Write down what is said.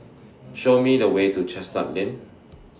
Show Me The Way to Chestnut Lane